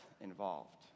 involved